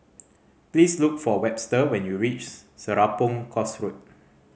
please look for Webster when you reach Serapong Course Road